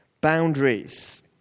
boundaries